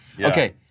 Okay